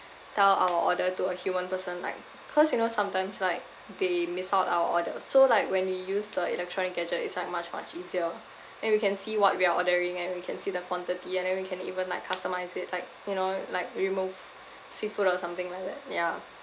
tell our order to a human person like cause you know sometimes like they miss out our order so like when we use the electronic gadget it's like much much easier and we can see what we are ordering and we can see the quantity and then we can even like customise it like you know like remove seafood or something like that yeah